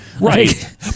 Right